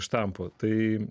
štampų tai